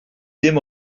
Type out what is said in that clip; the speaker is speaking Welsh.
ddim